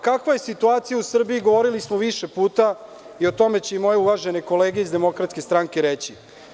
Kakva je situacija u Srbiji, govorili smo više puta i o tome će moje uvažene kolege iz DS reći.